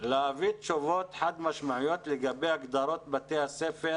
להביא תשובות חד משמעיות לגבי הגדרות בתי הספר